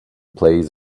plays